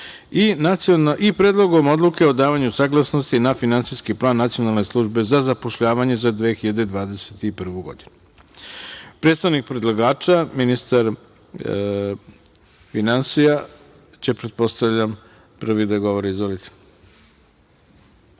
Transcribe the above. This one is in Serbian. i Predlogom odluke o davanju saglasnosti na finansijski plan Nacionalne službe za zapošljavanje za 2021. godinu. Predstavnik predlagača, ministar finansija će prvi da govori. Izvolite.